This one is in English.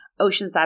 Oceanside